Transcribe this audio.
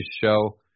show